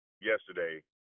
yesterday